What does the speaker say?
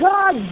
God